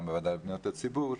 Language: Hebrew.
גם בוועדה לפניות הציבור,